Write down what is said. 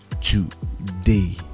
today